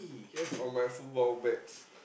yes on my football bets